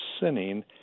sinning